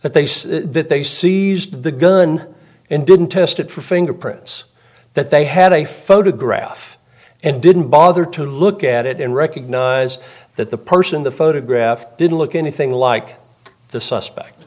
that they seized the gun and didn't test it for fingerprints that they had a photograph and didn't bother to look at it and recognize that the person in the photograph didn't look anything like the suspect